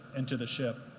and to the ship.